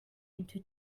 into